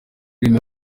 filime